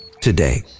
today